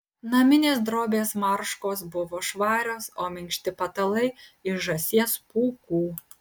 naminės drobės marškos buvo švarios o minkšti patalai iš žąsies pūkų